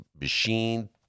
machine